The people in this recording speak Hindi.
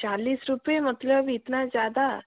चालीस रुपये मतलब इतना ज़्यादा